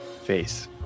face